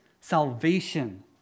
Salvation